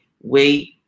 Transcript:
wait